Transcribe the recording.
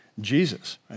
Jesus